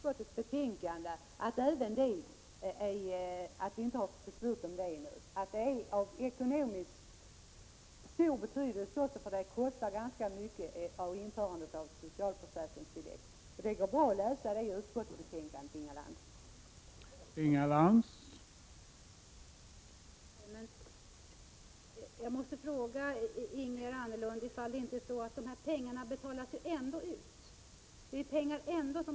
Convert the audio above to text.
Herr talman! Jag är ledsen om jag frestar kammarens tålamod, men jag måste fråga Ingegerd Anderlund om det inte är så, att de här pengarna ändå betalas ut i samhället.